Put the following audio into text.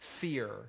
fear